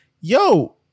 yo